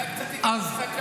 אולי קצת תיקח הפסקה?